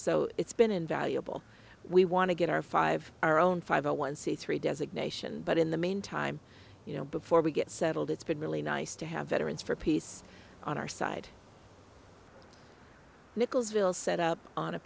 so it's been invaluable we want to get our five our own five a one c three designation but in the meantime you know before we get settled it's been really nice to have veterans for peace on our side nichols will set up on a